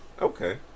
Okay